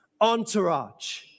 entourage